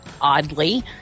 oddly